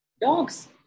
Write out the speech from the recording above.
dogs